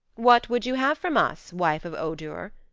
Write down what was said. what would you have from us, wife of odur?